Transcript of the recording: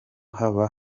haba